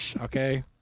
okay